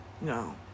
no